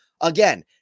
Again